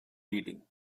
beating